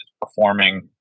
performing